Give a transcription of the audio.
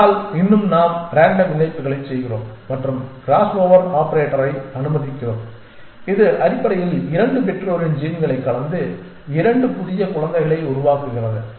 ஆனால் இன்னும் நாம் ரேண்டம் இணைப்புகளைச் செய்கிறோம் மற்றும் கிராஸ் ஓவர் ஆபரேட்டரை அனுமதிக்கிறோம் இது அடிப்படையில் 2 பெற்றோரின் ஜீன்களைக் கலந்து 2 புதிய குழந்தைகளை உருவாக்குகிறது